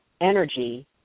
energy